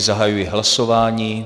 Zahajuji hlasování.